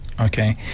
Okay